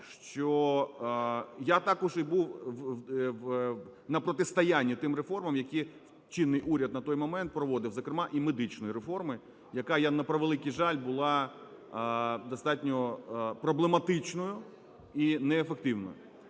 що я також і був на протистоянні тим реформам, які чинний уряд на той момент проводив, зокрема і медичної реформи, яка, на превеликий жаль, була достатньо проблематичною і неефективною.